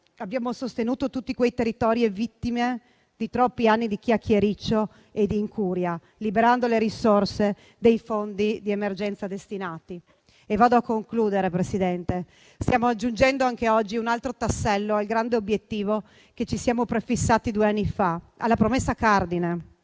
Abbiamo sostenuto tutti quei territori, vittime di troppi anni di chiacchiericcio e incuria, liberando le risorse dei fondi di emergenza destinati. Signor Presidente, stiamo aggiungendo anche oggi un altro tassello al grande obiettivo che ci siamo prefissati due anni fa, alla promessa cardine: